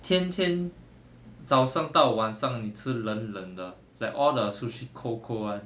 天天早上到晚上吃冷冷的 like all the sushi cold cold [one]